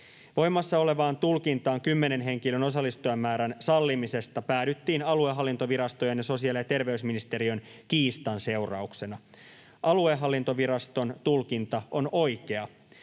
Voimassa olevaan tulkintaan kymmenen henkilön osallistujamäärän sallimisesta päädyttiin aluehallintovirastojen ja sosiaali- ja terveysministeriön kiistan seurauksena. Aluehallintoviraston tulkinta on oikea.